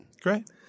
Great